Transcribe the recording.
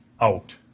out